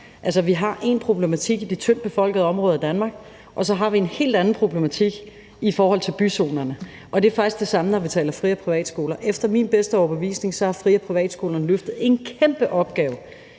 Altså, vi har én problematik i de tyndt befolkede områder i Danmark, og så har vi en helt anden problematik i forhold til byzonerne, og det er faktisk det samme, når vi taler om fri- og privatskoler. Efter min bedste overbevisning har fri- og privatskolerne løftet en kæmpe opgave